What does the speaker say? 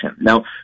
Now